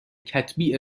کتبی